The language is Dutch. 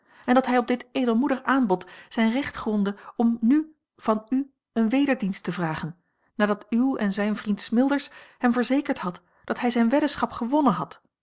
en dat hij op dit edelmoedig aanbod zijn recht grondde om nu van u een wederdienst te vragen nadat uw en zijn vriend smilders hem verzekerd had dat hij zijne weddenschap gewonnen had